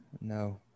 No